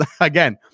again